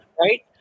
Right